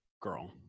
girl